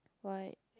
why